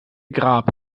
grab